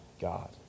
God